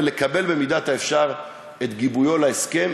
ולקבל במידת האפשר את גיבויו להסכם,